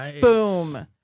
Boom